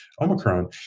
omicron